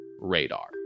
Radar